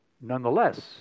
Nonetheless